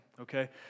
okay